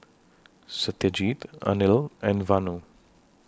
Satyajit Anil and Vanu